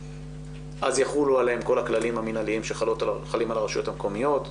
אז יחולו עליהן כל הכללים המנהליים שחלים על הרשויות המקומיות,